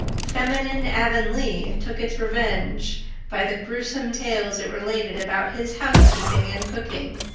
feminine avonlea took its revenge by the gruesome tales it related about his house-keeping and cooking.